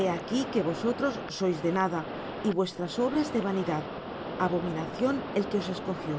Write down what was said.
he aquí que vosotros sois de nada y vuestras obras de vanidad abominación el que os escogió